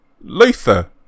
Luther